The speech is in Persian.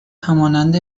همانند